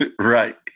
right